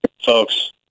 Folks